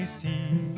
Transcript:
see